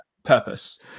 purpose